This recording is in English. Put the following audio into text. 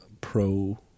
pro